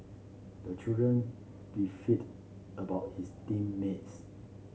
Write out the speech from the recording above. the children beefed about his team mates